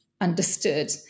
understood